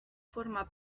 forma